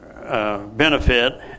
Benefit